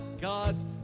God's